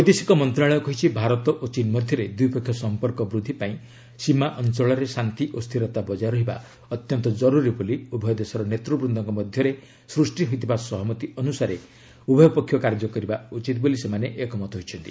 ବୈଦେଶିକ ମନ୍ତ୍ରଣାଳୟ କହିଛି ଭାରତ ଓ ଚୀନ୍ ମଧ୍ୟରେ ଦ୍ୱିପକ୍ଷିୟ ସମ୍ପର୍କ ବୃଦ୍ଧି ପାଇଁ ସୀମା ଅଞ୍ଚଳରେ ଶାନ୍ତି ଓ ସ୍ଥିରତା ବଜାୟ ରହିବା ଅତ୍ୟନ୍ତ ଜରୁରୀ ବୋଲି ଉଭୟ ଦେଶର ନେତୃବ୍ଦଙ୍କ ମଧ୍ୟରେ ସୃଷ୍ଟି ହୋଇଥିବା ସହମତି ଅନୁସାରେ ଉଭୟ ପକ୍ଷ କାର୍ଯ୍ୟ କରିବା ଉଚିତ୍ ବୋଲି ସେମାନେ ଏକମତ ହୋଇଛନ୍ତି